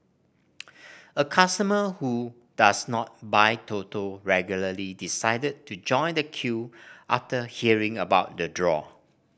a customer who does not buy Toto regularly decided to join the queue after hearing about the draw